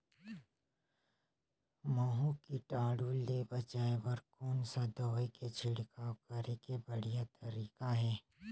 महू कीटाणु ले बचाय बर कोन सा दवाई के छिड़काव करे के बढ़िया तरीका हे?